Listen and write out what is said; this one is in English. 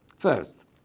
First